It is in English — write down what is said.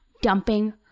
dumping